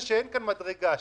זה לא הסעיף הכי מרכזי בתיקון.